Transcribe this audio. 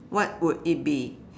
what would it be